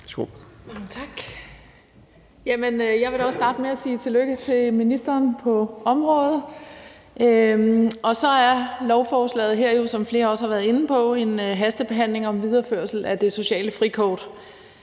Jeg vil også starte med at sige tillykke til ministeren på området. Lovforslaget her er jo, som flere også har været inde på, en hastebehandling om videreførelse af det sociale frikort.